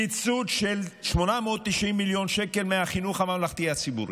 קיצוץ של 890 מיליון שקל מהחינוך הממלכתי הציבורי.